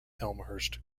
elmhurst